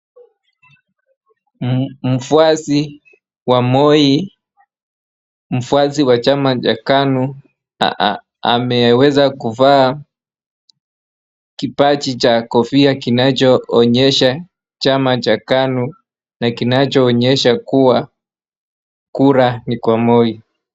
Mfuasi wa Moi, mfuasi wa chama cha KANU, ameweza kuvaa kipaji cha kofia kinachoonyesha chama cha KANU, na kinachoonyesha kuwa, kura ni kwa Moi.